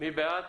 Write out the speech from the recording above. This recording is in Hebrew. מי בעד?